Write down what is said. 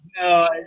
No